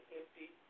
empty